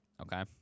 Okay